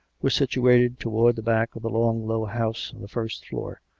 were s'ituated towards the back of the long, low house, on the first floor,